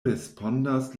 respondas